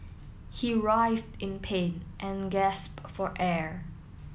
he writhed in pain and gasped for air